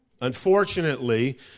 Unfortunately